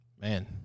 Man